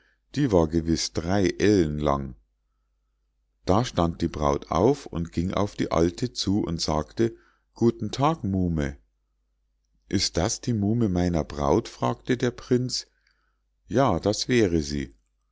die war gewiß drei ellen lang da stand die braut auf ging auf die alte zu und sagte guten tag muhme ist das die muhme meiner braut fragte der prinz ja das wäre sie